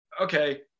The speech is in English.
okay